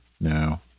No